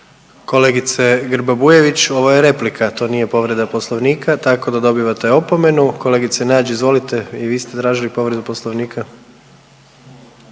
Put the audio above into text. Kolegice Grba Bujević, ovo je replika, to nije povreda Poslovnika tako da dobivate opomenu. Kolegice Nađ, izvolite i vi ste tražili povredu Poslovnika.